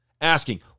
Asking